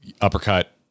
uppercut